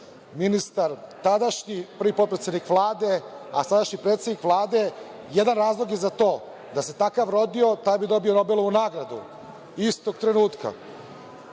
ministar tadašnji, prvi potpredsednik Vlade, a sadašnji predsednik Vlade. Jedan razlog je za to, da se takav rodio, taj bi dobio Nobelovu nagradu, istog trenutka. Pogledali